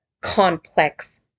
complex